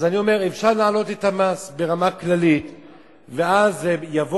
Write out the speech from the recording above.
אז אני אומר שאפשר להעלות את המס ברמה כללית ואז זה יבוא